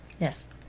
Yes